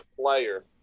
player